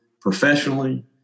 professionally